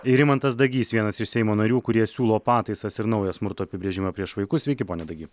ir rimantas dagys vienas iš seimo narių kurie siūlo pataisas ir naujo smurto apibrėžimą prieš vaikus sveiki pone dagy